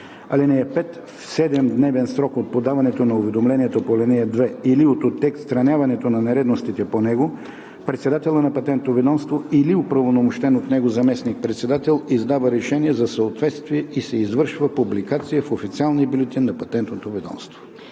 (5) В 7-дневен срок от подаването на уведомлението по ал. 2 или от отстраняването на нередовностите по него, председателят на Патентното ведомство или оправомощен от него заместник-председател издава решение за съответствие и се извършва публикация в Официалния бюлетин на Патентното ведомство.“